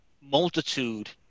multitude